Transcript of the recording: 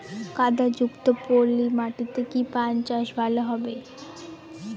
কাদা যুক্ত পলি মাটিতে কি পান চাষ ভালো হবে?